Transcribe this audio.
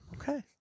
Okay